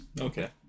Okay